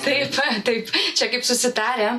taip taip čia kaip susitarę